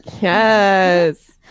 Yes